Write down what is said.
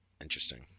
interesting